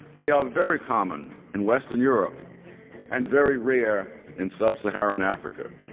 they are very common in western europe and very rare in sub-saharan africa.